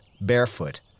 barefoot